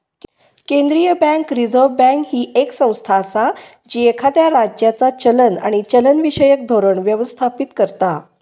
केंद्रीय bank, reserve bank, ही येक संस्था असा जी एखाद्या राज्याचा चलन आणि चलनविषयक धोरण व्यवस्थापित करता